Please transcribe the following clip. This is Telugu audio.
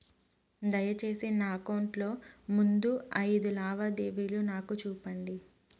దయసేసి నా అకౌంట్ లో ముందు అయిదు లావాదేవీలు నాకు చూపండి